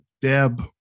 Deb